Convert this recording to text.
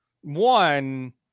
One